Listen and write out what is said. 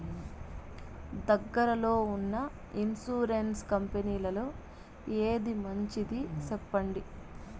దగ్గర లో ఉన్న ఇన్సూరెన్సు కంపెనీలలో ఏది మంచిది? సెప్పండి?